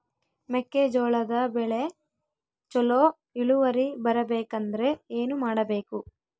ಮೆಕ್ಕೆಜೋಳದ ಬೆಳೆ ಚೊಲೊ ಇಳುವರಿ ಬರಬೇಕಂದ್ರೆ ಏನು ಮಾಡಬೇಕು?